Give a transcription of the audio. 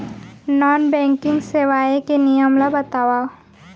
Non banking सेवाएं के नियम ला बतावव?